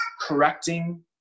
correcting